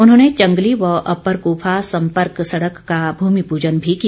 उन्होंने चंगली व अपर कूफा सम्पर्क सड़क का भूमि पूजन भी किया